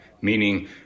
Meaning